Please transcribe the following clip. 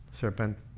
serpent